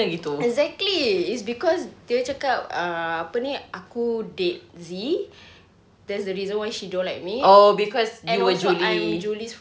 exactly it's because dia cakap ah apa ni aku date zee that's the reason why she don't like me even though I'm julie's friend